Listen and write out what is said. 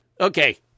Okay